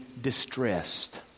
distressed